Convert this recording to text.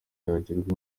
yagirwa